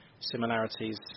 Similarities